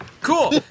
Cool